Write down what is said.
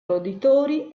roditori